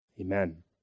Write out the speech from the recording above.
Amen